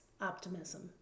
optimism